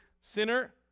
sinner